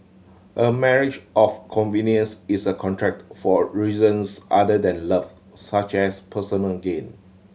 a marriage of convenience is a contracted for reasons other than love such as personal gain